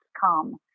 come